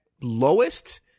lowest